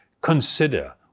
consider